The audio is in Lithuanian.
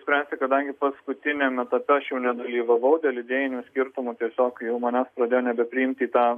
spręsti kadangi paskutiniam etape aš jau nedalyvavau dėl idėjinių skirtumų tiesiog jau manęs pradėjo nebepriimti į tą